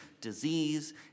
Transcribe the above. disease